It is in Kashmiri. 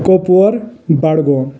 کۄپوور بڈگوم